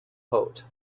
haute